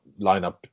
lineup